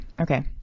okay